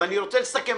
ואני רוצה לסכם.